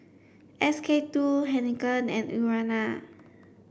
S K two Heinekein and Urana